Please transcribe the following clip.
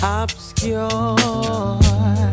obscure